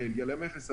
בלגיה פונה למכס הבלגי,